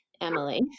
Emily